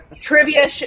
trivia